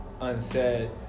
unsaid